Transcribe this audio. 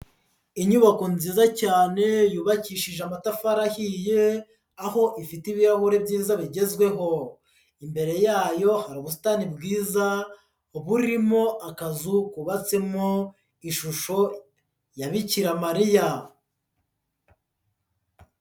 Inyubako nziza cyane yubakishije amatafari ahiye aho ifite ibirahure byiza bigezweho, imbere yayo hari ubusitani bwiza burimo akazu kubatsemo ishusho ya Bikira Mariya.